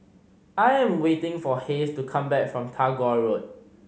I am waiting for Hays to come back from Tagore Road